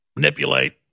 manipulate